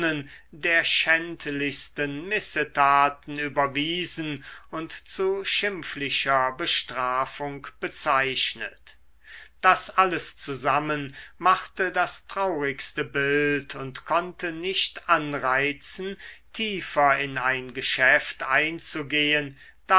der schändlichsten missetaten überwiesen und zu schimpflicher bestrafung bezeichnet das alles zusammen machte das traurigste bild und konnte nicht anreizen tiefer in ein geschäft einzugehen